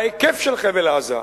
בהיקף של חבל-עזה,